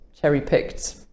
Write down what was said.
cherry-picked